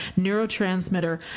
neurotransmitter